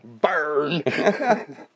burn